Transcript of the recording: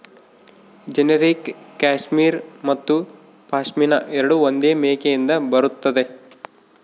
generic cashmere ಮತ್ತು ಪಶ್ಮಿನಾ ಎರಡೂ ಒಂದೇ ಮೇಕೆಯಿಂದ ಬರುತ್ತದೆ